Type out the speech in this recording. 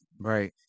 right